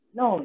no